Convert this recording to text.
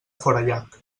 forallac